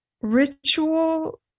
Ritual